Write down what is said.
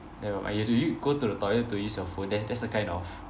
never mind you have to y~ go to the toilet to use your phone then that's the kind of